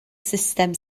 sustem